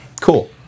Cool